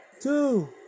two